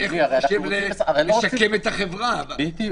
איך נמנע מצב שלא יעניין בעלי ניסיון